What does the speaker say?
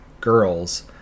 girls